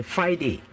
Friday